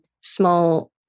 small